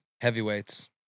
heavyweights